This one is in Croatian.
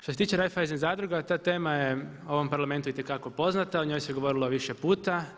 Što se tiče Raiffeisen zadruga ta tema je u ovom Parlamentu itekako poznata, o njoj se govorilo više puta.